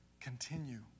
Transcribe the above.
continue